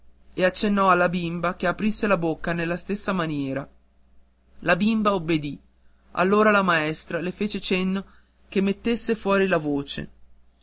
e accennò alla bimba che aprisse la bocca nella stessa maniera la bimba obbedì allora la maestra le fece cenno che mettesse fuori la voce